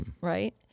Right